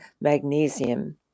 magnesium